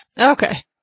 Okay